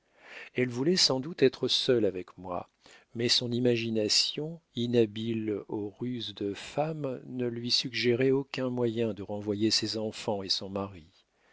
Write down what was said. elle voulait sans doute être seule avec moi mais son imagination inhabile aux ruses de femme ne lui suggérait aucun moyen de renvoyer ses enfants et son mari